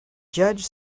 judge